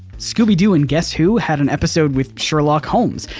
scooby-doo and guess who? had an episode with sherlock holmes,